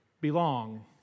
belong